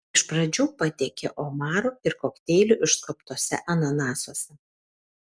iš pradžių patiekė omarų ir kokteilių išskobtuose ananasuose